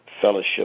fellowship